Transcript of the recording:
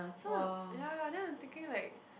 so ya then I'm thinking like